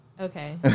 Okay